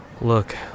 Look